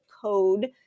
code